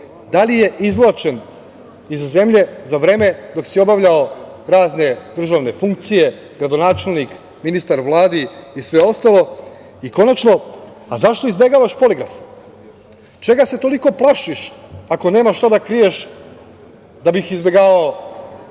da li je izvlačen iz zemlje za vreme dok si obavljao razne državne funkcije, gradonačelnik, ministar u Vladi i sve ostalo? I konačno, a zašto izbegavaš poligraf? Čega se toliko plašiš, ako nemaš šta da kriješ da bi izbegavao poligraf?I